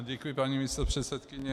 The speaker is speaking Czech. Děkuji, paní místopředsedkyně.